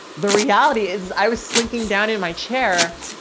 the reality is i was slinking down in my chair,